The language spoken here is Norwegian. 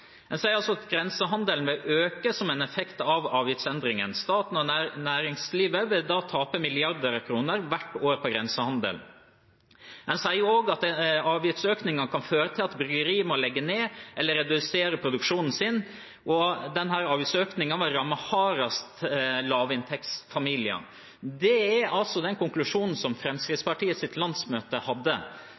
En sier altså: «Grensehandelen vil øke som en effekt av avgiftsendringen. Staten og næringslivet vil da tape milliarder av kroner hvert år på grensehandel.» En sier også at avgiftsøkningen kan føre til at «bryggerier må legge ned, eller redusere produksjonen sin», og at denne avgiftsøkningen vil ramme lavinntektsfamilier hardest. Det er altså den konklusjonen som Fremskrittspartiets landsmøte hadde.